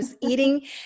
eating